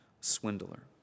swindler